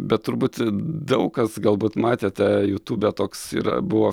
bet turbūt daug kas galbūt matė tą jutube toks yra buvo